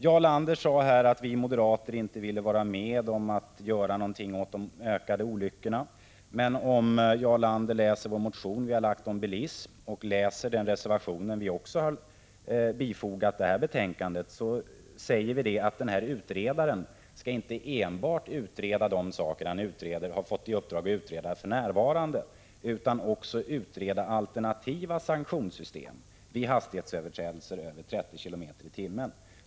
Jarl Lander sade att vi moderater inte vill vara med om att göra någonting åt de ökande olyckorna. Men om Jarl Lander läser den motion vi har väckt om bilism och läser den reservation vi har fogat till detta betänkande, finner han att vi säger att utredaren inte enbart skall utreda de saker han har fått i uppdrag att utreda för närvarande utan också alternativa sanktionssystem vid hastighetsöverträdelser med över 30 km/tim.